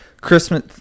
Christmas